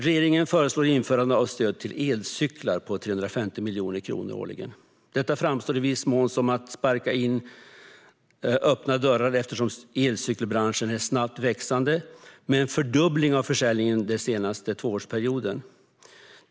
Regeringen föreslår införande av stöd till elcyklar på 350 miljoner kronor årligen. Detta framstår i viss mån som att sparka in öppna dörrar eftersom elcykelbranschen är snabbt växande, med en fördubbling av försäljningen den senaste tvåårsperioden.